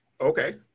okay